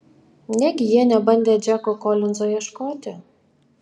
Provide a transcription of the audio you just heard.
negi jie nebandė džeko kolinzo ieškoti